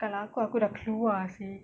kalau aku aku dah keluar seh